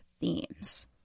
themes